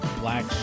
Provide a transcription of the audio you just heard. Black